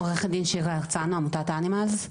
עו"ד שירה הרצנו, עמותת "אנימלס".